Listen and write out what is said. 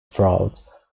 fraud